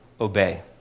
obey